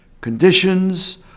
Conditions